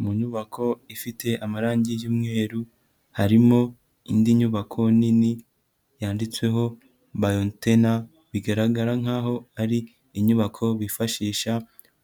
Mu nyubako ifite amarangi y'umweru harimo indi nyubako nini yanditseho bayontena, bigaragara nkaho ari inyubako bifashisha